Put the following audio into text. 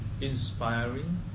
inspiring